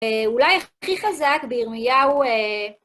אולי הכי חזק בירמיהו...